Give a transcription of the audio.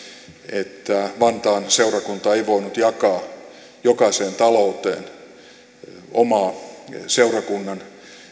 että vantaan seurakunta ei voinut jakaa jokaiseen talouteen omaa seurakunnan